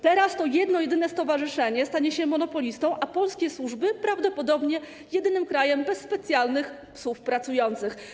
Teraz to jedno jedyne stowarzyszenie stanie się monopolistą, a polskie służby prawdopodobnie jedynym krajem bez specjalnych psów pracujących.